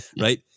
right